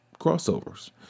crossovers